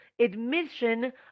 admission